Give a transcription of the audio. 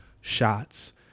shots